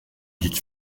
dites